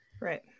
right